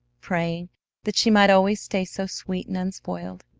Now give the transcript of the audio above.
praying that she might always stay so sweet and unspoiled.